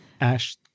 ash